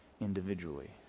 individually